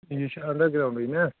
یہِ چھُ اَنٛڈر گرٛاوُنٛڈٕے نہ